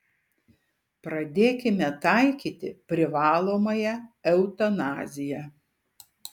pradėkime taikyti privalomąją eutanaziją